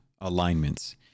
alignments